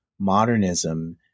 modernism